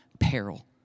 peril